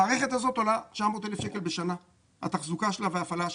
המערכת הזאת עולה 900,000 שקלים בשנה על התחזוקה שלה וההפעלה שלה.